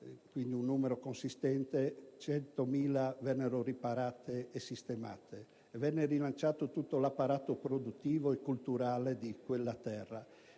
quindi un numero consistente - 100.000 vennero riparate e sistemate e venne rilanciato tutto l'apparato produttivo e culturale di quella terra.